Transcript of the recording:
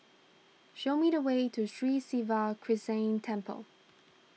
show me the way to Sri Siva Krishna Temple